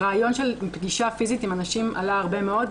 הרעיון של פגישה פיזית עם אנשים עלה הרבה מאוד,